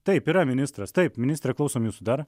taip yra ministras taip ministre klausom jūsų dar